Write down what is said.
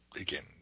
again